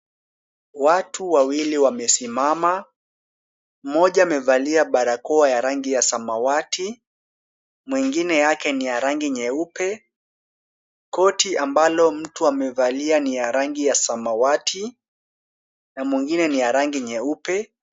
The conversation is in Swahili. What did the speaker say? Watu wawili wamesimama mmoja amevalia barakoa ya rangi ya samawati, mwingine yake ni ya rangi nyeupe koti ambalo mtu amevalia ni ya rangi ya samawati na mwingine ni ya rangi nyeupe.